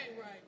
right